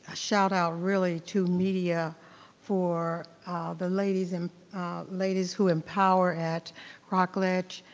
shout out, really, to media for the ladies, and ladies who empower at rockledge.